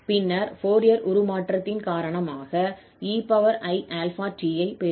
பின்னர் ஃபோரியர் உருமாற்றத்தின் காரணமாக 𝑒𝑖𝛼𝑡 ஐ பெறுகிறோம்